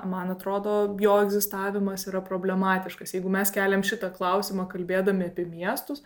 man atrodo jo egzistavimas yra problematiškas jeigu mes keliam šitą klausimą kalbėdami apie miestus